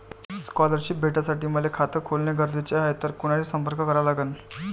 Scholarship भेटासाठी मले खात खोलने गरजेचे हाय तर कुणाशी संपर्क करा लागन?